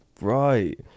Right